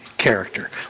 character